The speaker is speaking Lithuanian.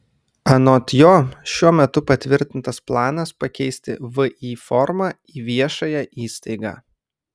anot jo šiuo metu patvirtintas planas pakeisti vį formą į viešąją įstaigą